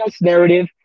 narrative